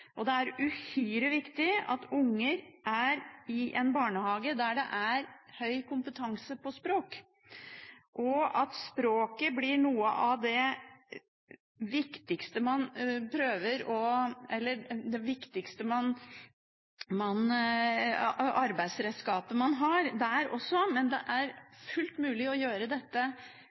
snakke. Det er uhyre viktig at unger er i en barnehage der det er høy kompetanse på språk, og at språket blir et av de viktigste arbeidsredskapene man har også der, men det er fullt mulig å gjøre dette